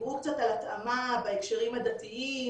דיברו קצת על התאמה בהקשרים הדתיים,